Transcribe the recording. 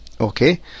okay